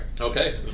Okay